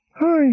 Hi